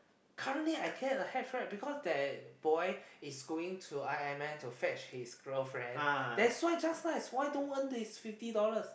currently I get a hitch ride because that boy is going to i_m_m to fetch his girlfriend that's why just nice why don't earn this fifty dollars